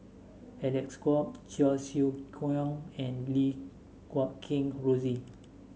Alec Kuok Cheong Siew Keong and Lim Guat Kheng Rosie